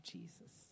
Jesus